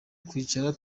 kwicara